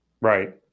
right